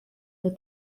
nur